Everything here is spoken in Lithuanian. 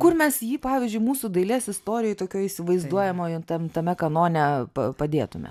kur mes jį pavyzdžiui mūsų dailės istorijoj tokioj įsivaizduojamoje tam tame kanone padėtume